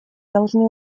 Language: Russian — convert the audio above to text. должны